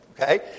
okay